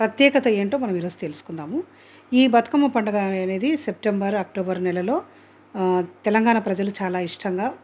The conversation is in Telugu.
ప్రత్యేకత ఏంటో మనం ఈ రోజు తెలుసుకుందాము ఈ బతుకమ్మ పండుగ అనేది సెప్టెంబర్ అక్టోబర్ నెలలో తెలంగాణా ప్రజలు చాలా ఇష్టంగా